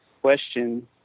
question